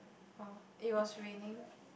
oh it was raining